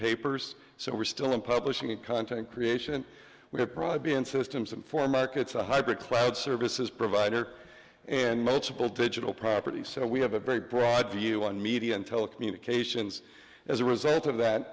papers so we're still in publishing and content creation would have probably been systems in four markets a hybrid cloud services provider and multiple digital properties so we have a very broad view on media and telecommunications as a result of that